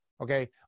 Okay